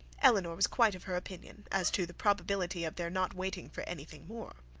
elinor was quite of her opinion, as to the probability of their not waiting for any thing more.